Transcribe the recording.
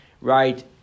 right